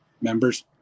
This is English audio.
members